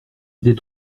était